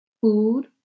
food